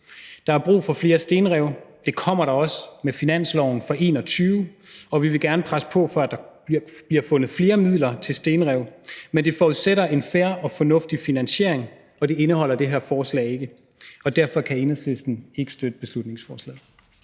der er brug for flere stenrev, og det kommer der også med finansloven for 2021, og vi vil gerne presse på, for at der bliver fundet flere midler til stenrev. Men det forudsætter en fair og fornuftig finansiering, og det indeholder det her forslag ikke. Derfor kan Enhedslisten ikke støtte beslutningsforslaget.